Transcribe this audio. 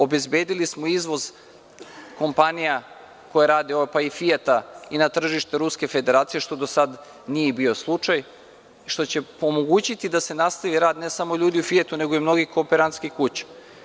Obezbedili smo izvoz kompanija koje rade, pa i „Fijata“ i na tržište Ruske Federacije, što do sada nije bio slučaj, što će omogućiti da se nastavi rad ne samo ljudi u „Fijatu“, nego i mnogih kooperantskih kuća.